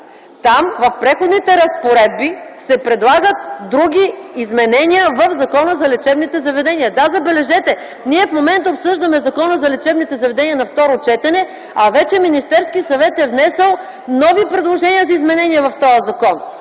Там, в Преходните разпоредби се предлагат други изменения в Закона за лечебните заведения. Да, забележете, ние в момента обсъждаме Закона за лечебните заведения на второ четене, а Министерският съвет вече е внесъл нови предложения за изменения в този закон.